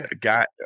got